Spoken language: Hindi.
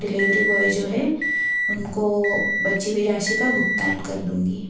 डिलेवरी बॉय जो है उनको बची हुई राशि का भुगतान कर दूँगी